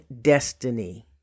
destiny